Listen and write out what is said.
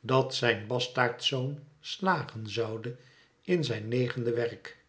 dat zijn bastaardzoon slagen zoû de in zijn negende werk